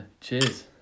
Cheers